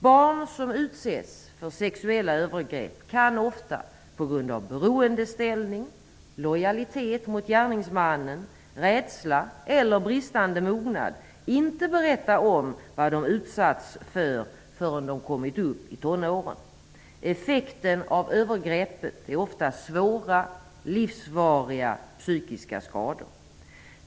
Barn som utsätts för sexuella övergrepp kan ofta på grund av beroendeställning, lojalitet mot gärningsmannen, rädsla eller bristande mognad inte berätta om vad de har utsatts för förrän de har kommit upp i tonåren. Effekterna av övergreppen är ofta svåra, livsvariga psykiska skador.